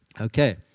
Okay